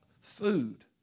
food